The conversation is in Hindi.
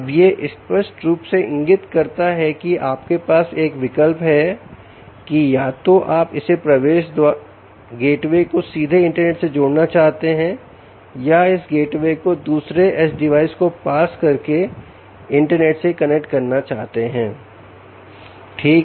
अब यह स्पष्ट रूप से इंगित करता है की आपके पास एक विकल्प है की या तो आप इस प्रवेश द्वार को सीधे इंटरनेट से जोड़ना चाहते हैं या इस गेटवे को दूसरे एज डिवाइस को पास करके इंटरनेट से कनेक्ट करना चाहते हैं ठीक